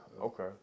Okay